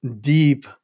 deep